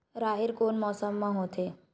राहेर कोन मौसम मा होथे?